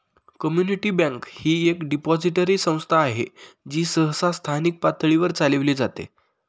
community bank ही एक depository संस्था आहे जी सहसा स्थानिक पातळीवर चालविली जाते